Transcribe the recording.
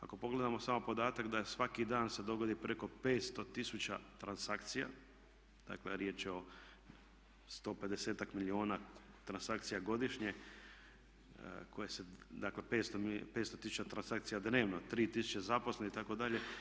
Ako pogledamo samo podatak da je svaki dan se dogodi preko 500 000 transakcija, dakle riječ je o sto pedesetak milijuna transakcija godišnje koje se, dakle 500 tisuća transakcija dnevno, 3000 zaposlenih itd.